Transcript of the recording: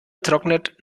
trocknet